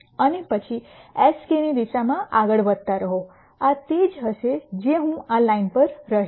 અને પછી s k ની દિશામાં આગળ વધતા રહો આ તે જ હશે જે હું આ લાઇન પર રહીશ